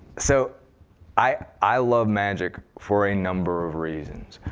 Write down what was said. so i i love magic for a number of reasons.